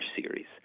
series